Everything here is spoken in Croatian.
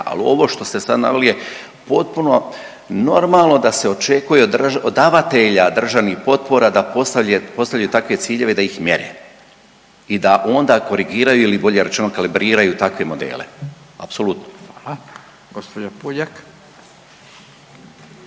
Ali ovo što ste sad naveli je potpuno normalno da se očekuje od davatelja državnih potpora da postavljaju takve ciljeve, da ih mjere i da onda korigiraju ili bolje rečeno kalibriraju takve modele. Apsolutno. **Radin,